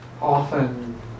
often